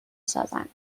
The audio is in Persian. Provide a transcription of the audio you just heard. سازند